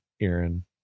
Aaron